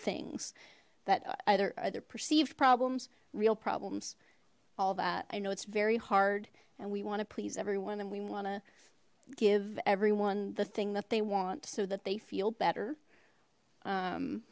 things that either either perceived problems real problems all that i know it's very hard and we want to please everyone and we want to give everyone the thing that they want so that they feel better